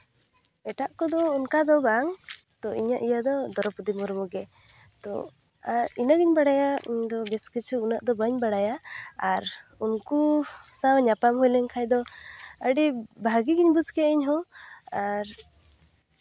ᱮᱴᱟᱜ ᱠᱚᱫᱚ ᱚᱱᱠᱟᱫᱚ ᱵᱟᱝ ᱛᱚ ᱤᱧᱟᱹᱜ ᱤᱭᱟᱹᱫᱚ ᱫᱨᱳᱣᱯᱚᱫᱤ ᱢᱩᱨᱢᱩᱜᱮ ᱛᱚ ᱤᱱᱟᱹᱜᱮᱧ ᱵᱟᱲᱟᱭᱟ ᱤᱧᱫᱚ ᱵᱮᱥᱤ ᱠᱤᱪᱷᱩ ᱩᱱᱟᱹᱜ ᱫᱚ ᱵᱟᱹᱧ ᱵᱟᱲᱟᱭᱟ ᱟᱨ ᱩᱱᱠᱩ ᱥᱟᱶ ᱧᱟᱯᱟᱢ ᱦᱩᱭ ᱞᱮᱱᱠᱷᱟᱡ ᱫᱚ ᱟᱹᱰᱤ ᱵᱷᱟᱜᱮ ᱜᱮᱧ ᱵᱩᱡᱽ ᱠᱮᱭᱟ ᱤᱧᱦᱚᱸ ᱟᱨ